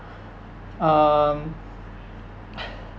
um